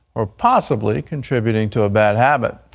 or possibly contributing to a bad habit.